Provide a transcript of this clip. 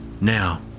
Now